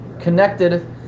connected